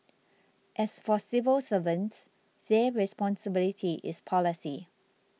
as for civil servants their responsibility is policy